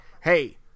Hey